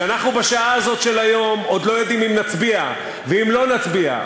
כשאנחנו בשעה הזאת של היום עוד לא יודעים אם נצביע או לא נצביע,